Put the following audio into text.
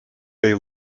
they